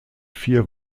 vier